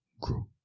grow